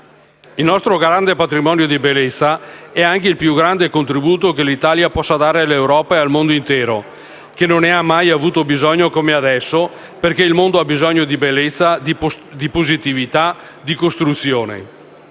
Il nostro grande patrimonio di bellezza è anche il più grande contributo che l'Italia possa dare all'Europa e al mondo intero, che non ne ha mai avuto bisogno come adesso, perché il mondo ha bisogno di bellezza, positività e di costruzione.